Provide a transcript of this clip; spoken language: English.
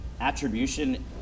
attribution